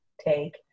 take